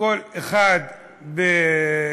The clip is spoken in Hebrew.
וכל אחד בכישרונותיו